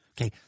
Okay